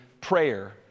prayer